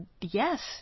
yes